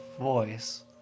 voice